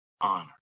honor